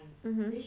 mmhmm